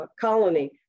colony